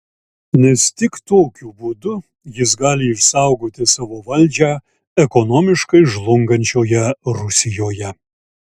nes tik tokiu būdu jis gali išsaugoti savo valdžią ekonomiškai žlungančioje rusijoje